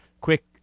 quick